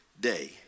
day